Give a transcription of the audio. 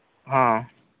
ᱦᱮᱸ